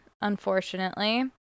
unfortunately